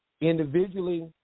Individually